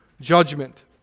judgment